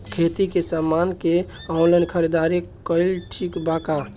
खेती के समान के ऑनलाइन खरीदारी कइल ठीक बा का?